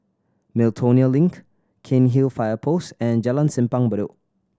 Miltonia Link Cairnhill Fire Post and Jalan Simpang Bedok